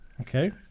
Okay